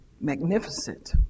magnificent